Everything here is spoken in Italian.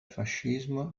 fascismo